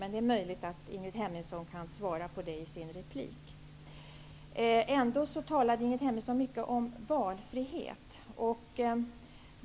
Men det är möjligt att Ingrid Hemmingsson kan svara på det i sin replik. Ingrid Hemmingsson talade mycket om valfrihet.